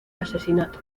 asesinato